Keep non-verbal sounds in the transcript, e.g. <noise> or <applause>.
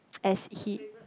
<noise> as he